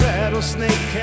Rattlesnake